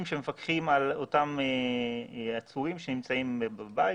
שמפקחים על אותם עצורים שנמצאים בבית.